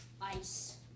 Ice